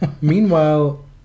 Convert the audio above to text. Meanwhile